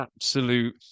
absolute